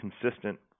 consistent